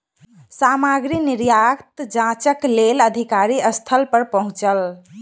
सामग्री निर्यात जांचक लेल अधिकारी स्थल पर पहुँचल